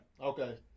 okay